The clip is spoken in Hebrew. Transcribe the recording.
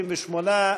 38,